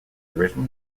original